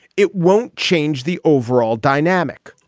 it won't change the overall dynamic.